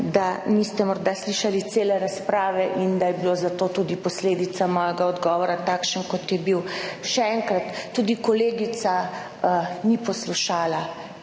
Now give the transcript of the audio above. da niste morda slišali cele razprave in da je bilo za to tudi posledica mojega odgovora, takšen kot je bil. Še enkrat, tudi kolegica ni poslušala.